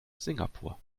singapur